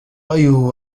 رأيه